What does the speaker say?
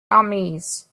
amis